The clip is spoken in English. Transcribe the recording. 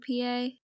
PA